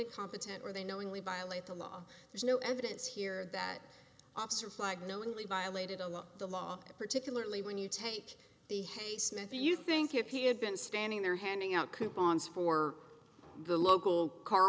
a competent or they knowingly violate the law there's no evidence here that officer flag knowingly violated the law particularly when you take the heysen if you think if he had been standing there handing out coupons for the local car